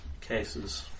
cases